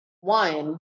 one